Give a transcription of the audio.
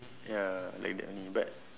ya like that only but